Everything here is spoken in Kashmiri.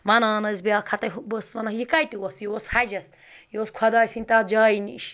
وَنان ٲسۍ بیٛاکھ ہَتَے ہُہ بہٕ ٲسٕس وَنان یہِ کَتہِ اوس یہِ اوس حَجَس یہِ اوس خۄداے سٕنٛدِ تَتھ جایہِ نِش